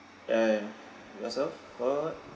and yourself wha~ wha~ what